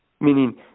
Meaning